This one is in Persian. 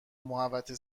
محوطه